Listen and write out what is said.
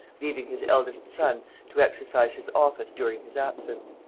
leaving his eldest son to exercise his office during his absence.